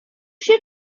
się